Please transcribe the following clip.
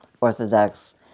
orthodox